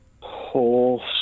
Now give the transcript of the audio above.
horse